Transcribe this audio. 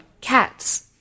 Cats